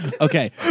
Okay